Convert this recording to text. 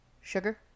Sugar